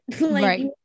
Right